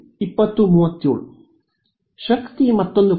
ವಿದ್ಯಾರ್ಥಿ ಶಕ್ತಿ ಮತ್ತೊಂದು ಕಡೆ